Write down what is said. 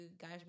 guys